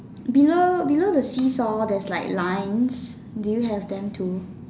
below below the see saw there's like lines do you have them too